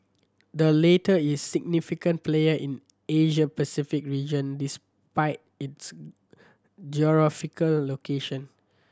the latter is a significant player in Asia Pacific region despite its geographical location